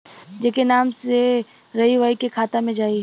जेके नाम से रही वही के खाता मे जाई